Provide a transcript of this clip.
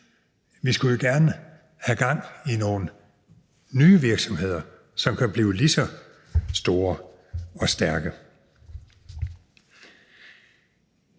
Vi skulle jo gerne have gang i nogle nye virksomheder, som kan blive lige så store og stærke.